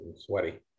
Sweaty